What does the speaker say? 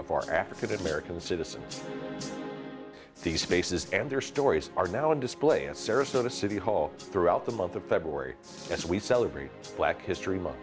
our african american citizens these spaces and their stories are now on display at sarasota city hall throughout the month of february as we celebrate black history month